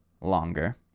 longer